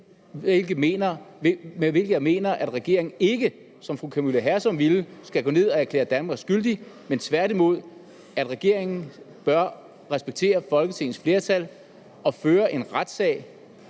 med hvilket jeg mener, at regeringen ikke, som fru Camilla Hersom ville, skal gå ned og erklære Danmark skyldig, men at regeringen tværtimod bør respektere Folketingets flertal og føre en retssag,